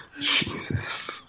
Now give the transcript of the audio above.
Jesus